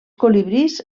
colibrís